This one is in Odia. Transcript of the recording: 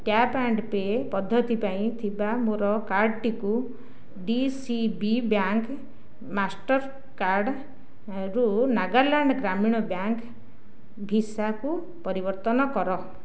ଟ୍ୟାପ୍ ଆଣ୍ଡ ପେ ପଦ୍ଧତି ପାଇଁ ଥିବା ମୋର କାର୍ଡ଼ଟିକୁ D C B bank Mastercard ରୁ ନାଗାଲାଣ୍ଡ ଗ୍ରାମୀଣ ବ୍ୟାଙ୍କ ଭିସାକୁ ପରିବର୍ତ୍ତନ କର